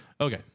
Okay